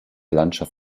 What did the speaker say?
landschaft